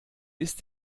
ist